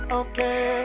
okay